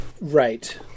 Right